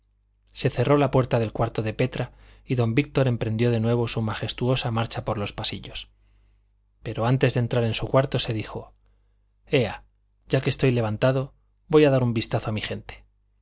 se cerró la puerta del cuarto de petra y don víctor emprendió de nuevo su majestuosa marcha por los pasillos pero antes de entrar en su cuarto se dijo ea ya que estoy levantando voy a dar un vistazo a mi gente